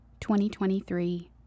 2023